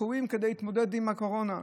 כדי להתמודד עם הקורונה.